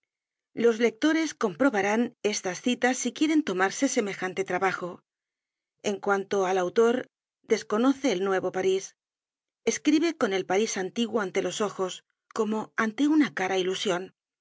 los leelores comprobarán estas citas si quieren tomarse semejante trabajo en cuanto al autor desconoce el nuevo parís escribe con el parís antiguo ante los ojos como ante una cara ilusion porque